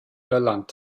irland